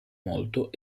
molto